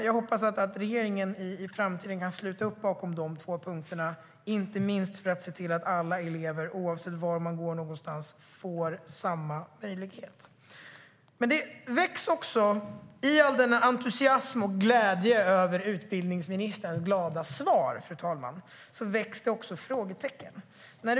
Jag hoppas regeringen i framtiden kan sluta upp bakom de två punkterna, inte minst för att se till att alla elever oavsett var de går får samma möjlighet. I all denna entusiasm och glädje över utbildningsministerns glada svar, fru talman, väcks det också frågor.